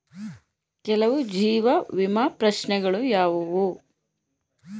ಕೆಲವು ಜೀವ ವಿಮಾ ಪ್ರಶ್ನೆಗಳು ಯಾವುವು?